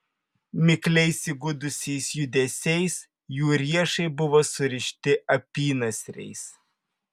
mikliais įgudusiais judesiais jų riešai buvo surišti apynasriais